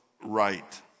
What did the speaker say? right